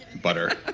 butter.